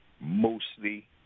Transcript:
mostly